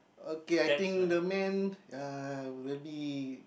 okay I think the man uh will be